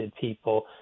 people